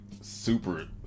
super